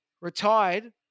retired